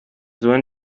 duen